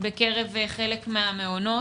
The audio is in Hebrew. אצל חלק מהמעונות.